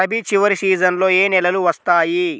రబీ చివరి సీజన్లో ఏ నెలలు వస్తాయి?